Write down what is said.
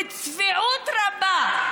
בצביעות רבה,